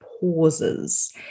pauses